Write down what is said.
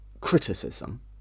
criticism